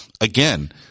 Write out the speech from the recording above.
again